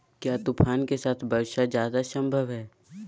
क्या तूफ़ान के साथ वर्षा जायदा संभव है?